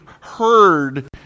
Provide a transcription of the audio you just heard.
heard